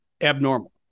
abnormal